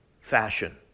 fashion